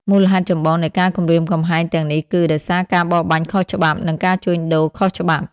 មូលហេតុចម្បងនៃការគំរាមកំហែងទាំងនេះគឺ ដោយសារការបរបាញ់ខុសច្បាប់ និង ការជួញដូរខុសច្បាប់។